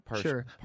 sure